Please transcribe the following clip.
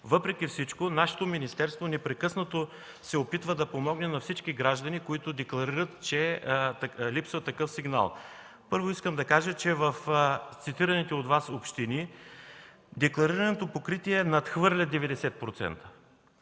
Въпреки всичко нашето министерство непрекъснато се опитва да помогне на всички граждани, които декларират, че липсва такъв сигнал. Първо искам да кажа, че в цитираните от Вас общини декларираното покритие надхвърля 90%.